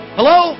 Hello